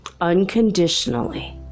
unconditionally